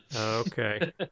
Okay